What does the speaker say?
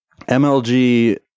MLG